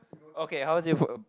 okay how is it for uh